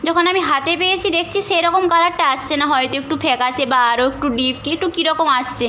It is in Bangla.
যখন আমি হাতে পেয়েছি দেখছি সেরকম কালারটা আসছে না হয়তো একটু ফ্যাকাশে বা আরও একটু ডিপ কী একটু কীরকম আসছে